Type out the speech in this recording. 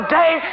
day